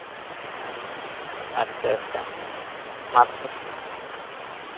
ᱟᱪᱪᱷᱟ ᱟᱪᱪᱷᱟ ᱢᱟ ᱛᱟᱦᱞᱮ